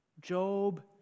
Job